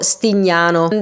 Stignano